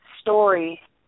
story